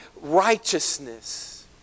righteousness